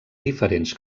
diferents